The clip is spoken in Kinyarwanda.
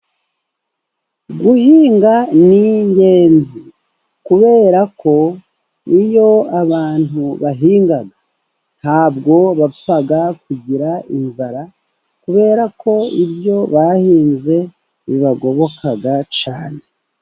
Guhinga ni ingenzi, kubera ko iyo abantu bahinga nta bwo bapfa kugira inzara, kubera ko ibyo bahinze bibagoboka cyane.